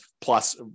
plus